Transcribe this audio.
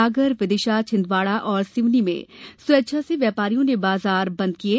सागर विदिशा छिंदवाड़ा और सिवनी में स्वेच्छा से व्यापारियों ने बाजार बंद किये